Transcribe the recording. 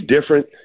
different